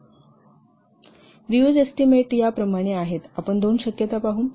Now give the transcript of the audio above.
reuse estimate या प्रमाणे आहेत आम्ही दोन शक्यता पाहू